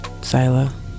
Sila